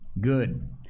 Good